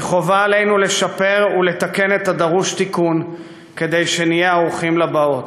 כי חובה עלינו לשפר ולתקן את הדרוש תיקון כדי שנהיה ערוכים לבאות.